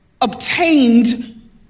obtained